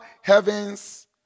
heavens